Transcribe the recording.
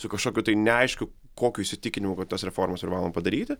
su kažkokiu tai neaiškiu kokiu įsitikinimu kad tas reformas privaloma padaryti